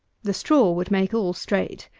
the straw would make all straight.